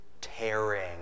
tearing